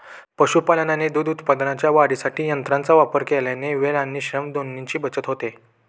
पशुपालन आणि दूध उत्पादनाच्या वाढीमध्ये यंत्रांचा वापर केल्याने वेळ आणि श्रम दोन्हीची बचत होते